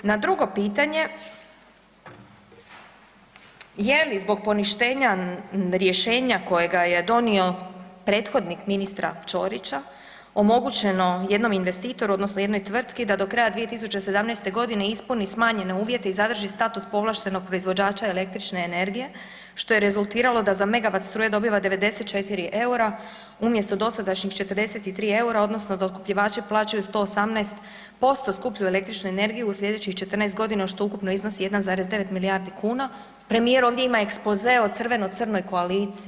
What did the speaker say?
Na drugo pitanje je li zbog poništenja rješenje kojega je donio prethodnik ministra Ćorića omogućeno jednom investitoru odnosno jednoj tvrtki da do kraja 2017.g. ispuni smanjene uvjete i zadrži status povlaštenog proizvođača električne energije, što je rezultiralo da za MW struje dobiva 94 EUR-a umjesto dosadašnjih 43 EUR-a odnosno dokupljivači plaćaju 118% skuplju električnu energiju u slijedećih 14.g., što ukupno iznosi 1,9 milijardi kuna, premijer ovdje ima ekspoze o crveno-crnoj koaliciji.